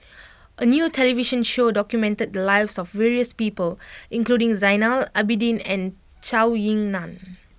a new television show documented the lives of various people including Zainal Abidin and Zhou Ying Nan